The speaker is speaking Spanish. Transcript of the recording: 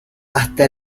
hasta